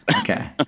Okay